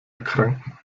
erkranken